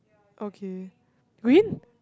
okay green